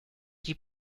die